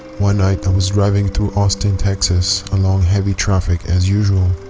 one night i was driving through austin texas along heavy traffic as usual.